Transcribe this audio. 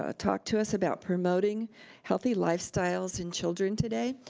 ah talk to us about promoting healthy lifestyles in children today.